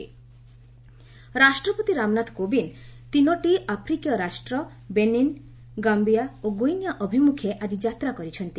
president visit ରାଷ୍ଟ୍ରପତି ରାମନାଥ କୋବିନ୍ଦ ତିନୋଟି ଆଫ୍ରିକୀୟ ରାଷ୍ଟ୍ର ବେନିନ୍ ଗାମ୍ପିଆ ଓ ଗୁଇନିଆ ଅଭିମୁଖେ ଆକି ଯାତ୍ରା କରିଛନ୍ତି